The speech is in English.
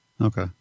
Okay